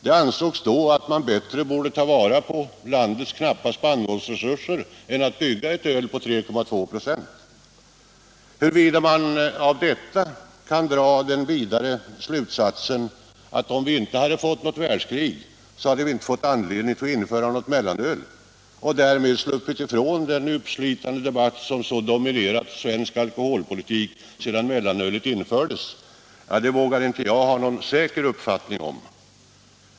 Det ansågs då att vi bättre borde ta vara på landets knappa spannmålsresurser än att brygga ett öl på 3,2 96. Huruvida man av detta kan dra den vidare slutsatsen att om vi inte fått ett världskrig, så hade vi inte fått anledning att införa något mellanöl — och därmed sluppit ifrån hela den uppslitande debatt som så dominerat alkoholpolitiken sedan mellanölet infördes — det vågar jag inte ha någon säker uppfattning om.